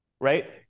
right